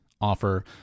offer